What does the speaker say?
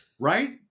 Right